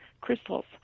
crystals